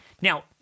Now